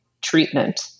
treatment